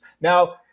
Now